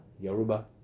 Yoruba